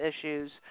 issues